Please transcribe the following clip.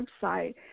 website